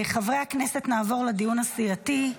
חברי הכנסת, נעבור לדיון הסיעתי.